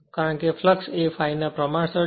કારણ કે ફ્લક્સ એ ∅ ના પ્રમાણસર છે